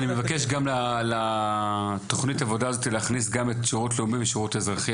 אני מבקש להכניס אל התוכנית הזאת גם את השירות הלאומי והשירות האזרחי,